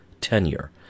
tenure